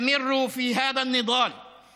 (אומר דברים בשפה הערבית, להלן תרגומם: